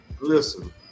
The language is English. listen